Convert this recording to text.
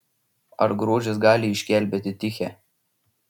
ar grožis gali išgelbėti tichę